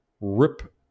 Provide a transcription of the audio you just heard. Rip